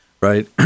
right